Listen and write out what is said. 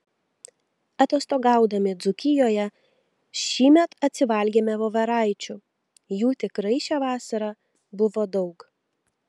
atostogaudami dzūkijoje šįmet atsivalgėme voveraičių jų tikrai šią vasarą buvo daug